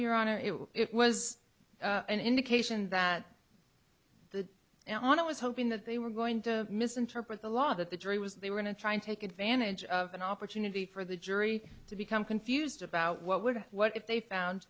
honor if it was an indication that the now when i was hoping that they were going to misinterpret the law that the jury was they were going to try and take advantage of an opportunity for the jury to become confused about what would what if they found